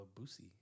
Boosie